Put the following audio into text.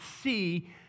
see